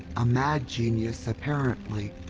a mad genius, apparently,